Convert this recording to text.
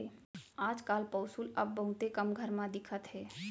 आज काल पौंसुल अब बहुते कम घर म दिखत हे